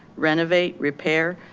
renovate, repair,